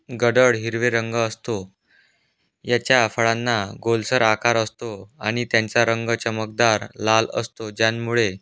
गडद हिरवे रंग असतो याच्या फळांना गोलसर आकार असतो आणि त्यांचा रंग चमकदार लाल असतो ज्यांमुळे